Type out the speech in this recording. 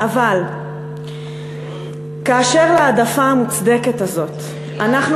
אבל כאשר להעדפה המוצדקת הזאת אנחנו